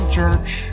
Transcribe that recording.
church